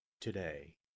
today